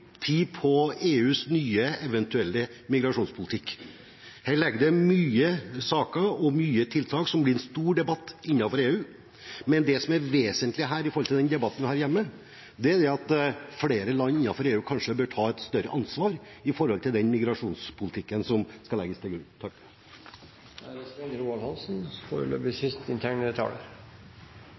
tid på EUs nye, eventuelle migrasjonspolitikk. Her ligger det mange saker og mange tiltak som det blir en stor debatt om innenfor EU, men det som er vesentlig med tanke på den debatten vi har hjemme, er at flere land innenfor EU kanskje bør ta et større ansvar for den migrasjonspolitikken som skal legges til grunn. Det er noe fascinerende over Lundteigens opptatthet av det